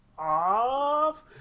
off